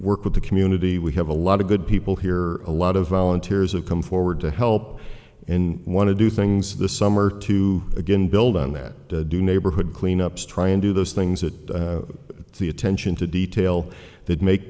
work with the community we have a lot of good people here a lot of volunteers have come forward to help in want to do things this summer to again build on that do neighborhood cleanups try and do those things that the attention to detail that make